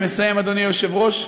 אני מסיים, אדוני היושב-ראש.